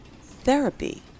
therapy